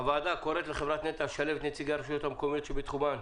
הוועדה קוראת לחברת נת"ע לשלב את נציגי הרשויות המקומיות שבתחומן